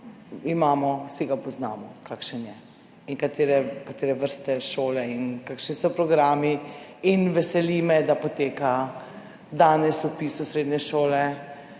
imamo, vsi ga poznamo, kakšen je in katere vrste šole in kakšni so programi. Veseli me, da poteka danes vpis v srednje šole